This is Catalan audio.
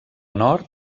nord